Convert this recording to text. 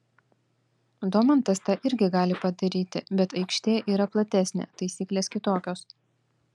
domantas tą irgi gali padaryti bet aikštė yra platesnė taisyklės kitokios